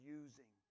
using